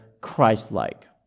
Christ-like